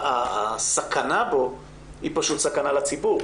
שהסכנה בו היא פשוט סכנה לציבור,